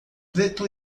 preto